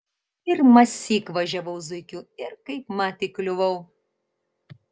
pirmąsyk važiavau zuikiu ir kaipmat įkliuvau